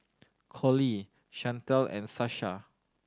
Collie Shantel and Sasha